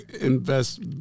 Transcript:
invest